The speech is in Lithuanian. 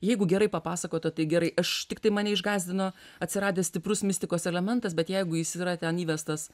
jeigu gerai papasakota tai gerai aš tiktai mane išgąsdino atsiradęs stiprus mistikos elementas bet jeigu jis yra ten įvestas